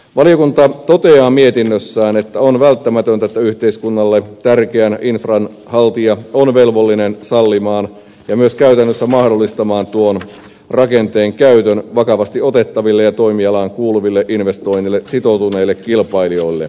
valiokunta toteaa mietinnössään että on välttämätöntä että yhteiskunnalle tärkeän infran haltija on velvollinen sallimaan ja myös käytännössä mahdollistamaan tuon rakenteen käytön vakavasti otettaville ja toimialaan kuuluviin investointeihin sitoutuneille kilpailijoille